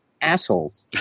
assholes